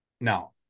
Now